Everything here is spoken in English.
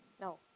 No